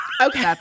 okay